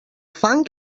fang